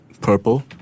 purple